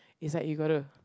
is like you got to